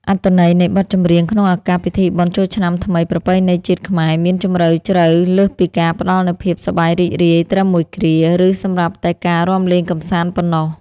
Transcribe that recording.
អត្ថន័យនៃបទចម្រៀងក្នុងឱកាសពិធីបុណ្យចូលឆ្នាំថ្មីប្រពៃណីជាតិខ្មែរ មានជម្រៅជ្រៅលើសពីការផ្ដល់នូវភាពសប្បាយរីករាយត្រឹមមួយគ្រា ឬសម្រាប់តែការរាំលេងកម្សាន្តប៉ុណ្ណោះ។